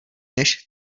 než